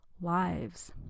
lives